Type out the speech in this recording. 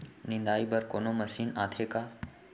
निंदाई बर कोनो मशीन आथे का?